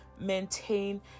maintain